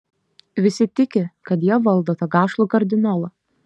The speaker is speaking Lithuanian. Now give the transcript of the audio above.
visi tiki kad jie valdo tą gašlų kardinolą